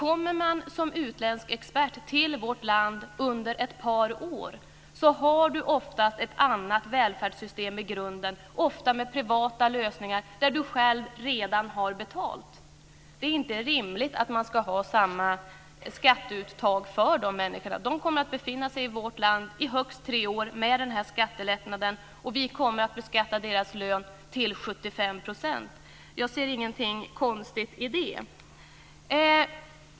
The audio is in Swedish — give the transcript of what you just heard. Om man vistas som utländsk expert i vårt land under ett par år, har man oftast ett annat välfärdssystem i grunden, ofta med privata lösningar där man själv redan har betalat. Det är inte rimligt att man ska ha samma skatteuttag för dessa människor. De kommer att befinna sig i vårt land i högst tre år med den här skattelättnaden. Vi kommer att beskatta deras lön till 75 %. Jag ser ingenting konstigt i det.